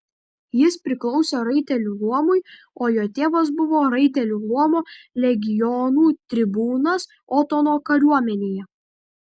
jis priklausė raitelių luomui o jo tėvas buvo raitelių luomo legionų tribūnas otono kariuomenėje